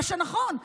מה שנכון,